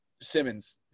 simmons